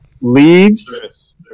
leaves